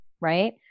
Right